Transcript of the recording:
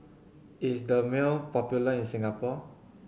is Dermale popular in Singapore